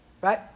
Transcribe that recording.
right